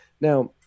Now